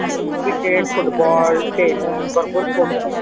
आमच्या इथे cricket football tennis भरपूर स्पोर्ट्स आहेत